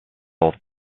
both